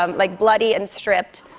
um like, bloody and stripped.